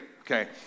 Okay